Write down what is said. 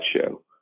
show